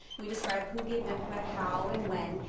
we describe who gave input, how and when.